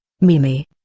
Mimi